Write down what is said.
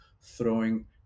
throwing